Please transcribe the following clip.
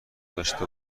داشته